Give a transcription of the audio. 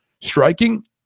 Striking